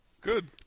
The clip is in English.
good